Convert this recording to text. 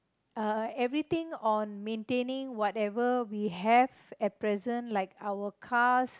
uh everything on maintaining whatever we have at present like our cars